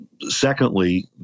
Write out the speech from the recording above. Secondly